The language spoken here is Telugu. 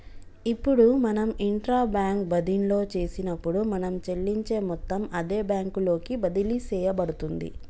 ఇప్పుడు మనం ఇంట్రా బ్యాంక్ బదిన్లో చేసినప్పుడు మనం చెల్లించే మొత్తం అదే బ్యాంకు లోకి బదిలి సేయబడుతుంది